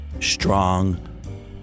strong